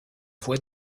voix